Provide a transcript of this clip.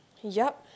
yep